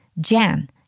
Jan